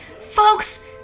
Folks